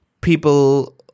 people